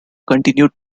continued